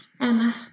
Emma